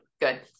good